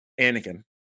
Anakin